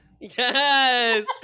Yes